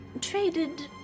traded